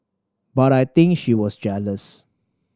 but I think she was jealous